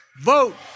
vote